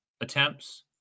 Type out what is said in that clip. attempts